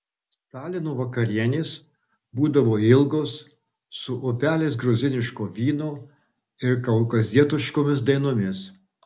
stalino vakarienės būdavo ilgos su upeliais gruziniško vyno ir kaukazietiškomis dainomis